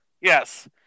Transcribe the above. Yes